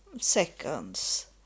seconds